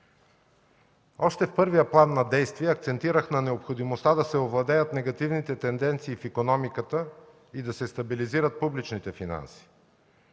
Още в първия план на действие акцентирах на необходимостта да се овладеят негативните тенденции в икономиката и да се стабилизират публичните финанси,